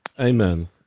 Amen